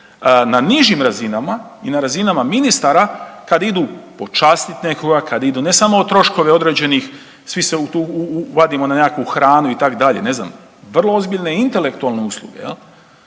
na nižim razinama i na razinama ministara kad idu počastiti nekoga, kad idu ne samo troškove određenih, svi se tu vadimo na nekakvu hranu itd., ne znam, vrlo ozbiljne i intelektualne usluge, jel,